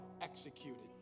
executed